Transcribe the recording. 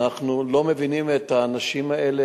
אנחנו לא מבינים את האנשים האלה,